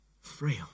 frail